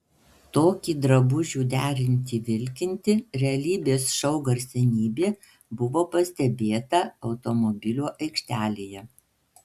tokį drabužių derinį vilkinti realybės šou garsenybė buvo pastebėta automobilių aikštelėje